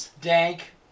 Dank